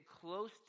close